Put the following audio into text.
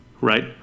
right